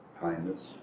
kindness